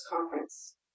conference